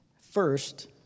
First